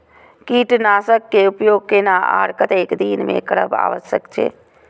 कीटनाशक के उपयोग केना आर कतेक दिन में करब आवश्यक छै?